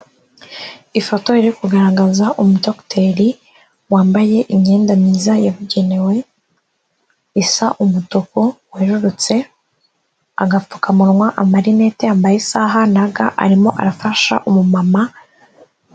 Ifoto iri kugaragaza umu docteri wambaye imyenda myiza yabugenewe isa umutuku werurutse, agapfukamunwa, amarineti, yambaye isaha na ga, arimo arafasha umu mama.